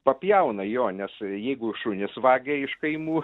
papjauna jo nes jeigu šunis vagia iš kaimų